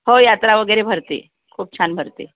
हो यात्रा वगैरे भरते खूप छान भरते